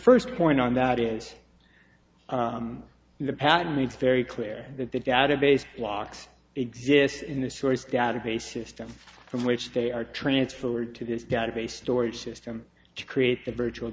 first point on that is the patent made very clear that the database locks exists in the stories database system from which they are transferred to this database storage system to create the virtual